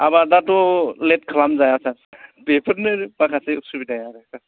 आबाद आथ' लेत खालामजाया सार बेफोरनो माखासे उसुबिदाया आरो सार